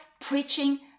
preaching